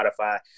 spotify